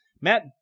Matt